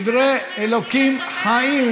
דברי אלוקים חיים.